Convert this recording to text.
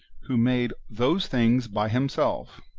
who made those things by himself,